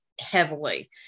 heavily